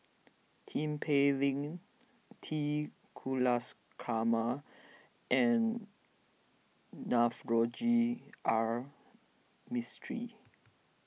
Tin Pei Ling T and Navroji R Mistri